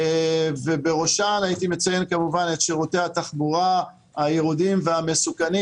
ובראשם הייתי מציין את שירותי התחבורה הירודים והמסוכנים.